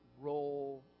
role